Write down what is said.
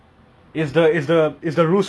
err ya but both of them lah